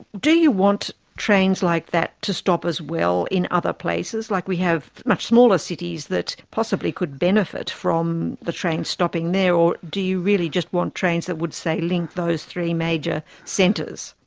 do you want trains like that to stop as well in other places, like we have much smaller cities that possibly could benefit from the trains stopping there, or do you really just want trains that would, say, link those three major centres?